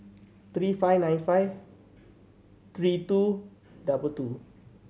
three five nine five three two double two